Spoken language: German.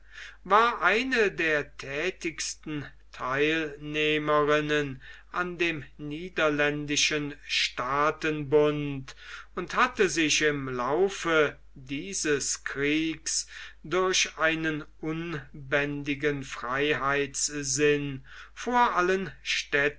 war eine der thätigsten teilnehmerinnen an dem niederländischen staatenbunde und hatte sich im laufe dieses kriegs durch einen unbändigen freiheitssinn vor allen städten